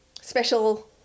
special